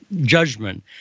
judgment